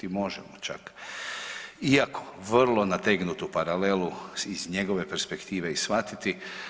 I možemo čak iako vrlo nategnutu paralelu iz njegove perspektive shvatiti.